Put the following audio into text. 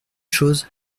chose